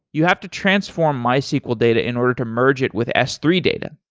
you have to transform mysql data in order to merge it with s three data.